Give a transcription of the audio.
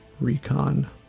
recon